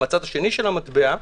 מהצד השני של המטבע,